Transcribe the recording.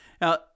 Now